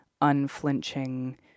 unflinching